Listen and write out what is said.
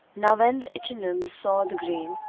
now when the ichneumon saw the grain,